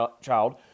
child